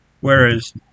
whereas